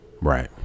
Right